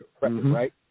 right